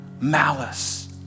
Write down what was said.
malice